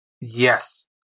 Yes